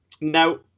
Now